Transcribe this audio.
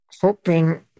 hoping